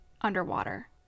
underwater